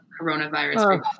coronavirus